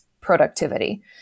productivity